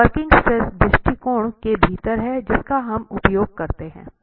यह working stress दृष्टिकोण के भीतर है जिसका हम उपयोग करते हैं